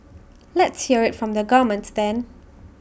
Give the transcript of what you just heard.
let's hear IT from the governments then